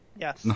yes